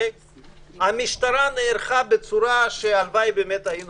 המשטרה נערכה בצורה מצוינת, הכול